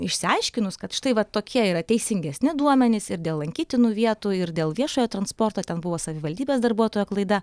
išsiaiškinus kad štai va tokie yra teisingesni duomenys ir dėl lankytinų vietų ir dėl viešojo transporto ten buvo savivaldybės darbuotojo klaida